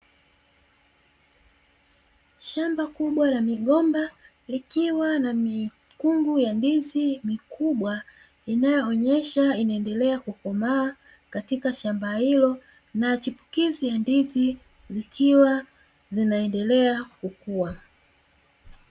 Shamba kubwa la migomba, likiwa na mikungu ya ndizi mikubwa, inayoonesha inaendelea kukomaa katika shamba hilo na chipukizi ya ndizi, zikiwa zinaendelea kukua.